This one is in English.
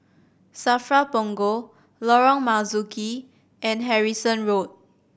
SAFRA Punggol Lorong Marzuki and Harrison Road